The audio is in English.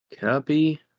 Copy